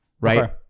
Right